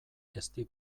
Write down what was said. ezti